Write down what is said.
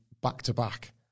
back-to-back